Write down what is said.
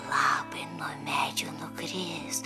labai nuo medžių nukris